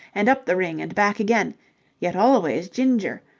and up the ring and back again yet always ginger,